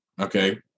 Okay